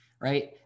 right